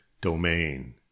domain